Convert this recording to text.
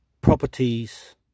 properties